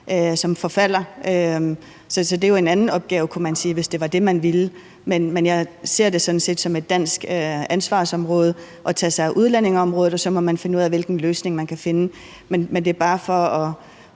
som forfalder. Så det er en anden opgave, kunne man sige, hvis det var det, man ville. Jeg ser det sådan set som et dansk ansvarsområde at tage sig af udlændingeområdet, og så må man finde ud af, hvilken løsning det kan være. Men det er bare for at